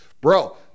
bro